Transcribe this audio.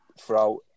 throughout